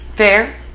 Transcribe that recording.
Fair